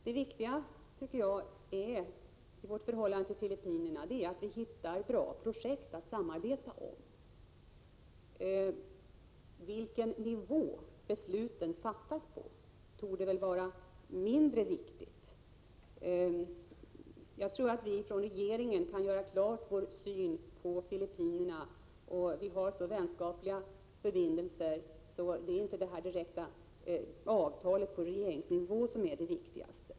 Det viktiga i vårt förhållande till Filippinerna är att vi hittar bra projekt att samarbeta om. Vilken nivå besluten fattas på torde vara mindre viktigt. Vi har så vänskapliga förbindelser med Filippinerna, och vi kan från regeringens sida klargöra vår syn på landet. Det är inte det direkta avtalet på regeringsnivå som är det viktigaste.